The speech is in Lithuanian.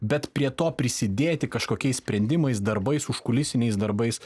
bet prie to prisidėti kažkokiais sprendimais darbais užkulisiniais darbais